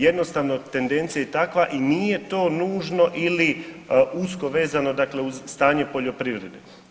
Jednostavno tendencija je takva i nije to nužno ili usko vezano dakle uz stanje poljoprivrede.